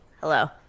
Hello